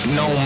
no